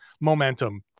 momentum